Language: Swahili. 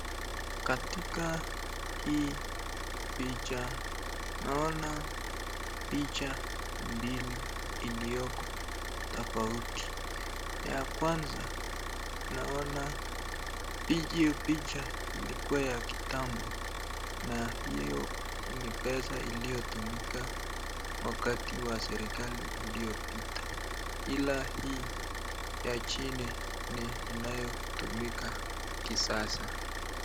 Katika hii picha naona picha mbili iliyoko tofauti. Ya kwanza naona hio picha ilikuwa ya kitambo na hiyo ni pesa iliyotumika wakati wa serikali iliyopita. Ila hii ya chini ni inayotumika kisasa.